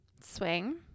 Swing